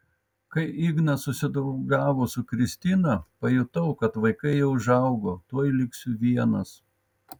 kai ignas susidraugavo su kristina pajutau kad vaikai jau užaugo tuoj liksiu vienas